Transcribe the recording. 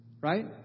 right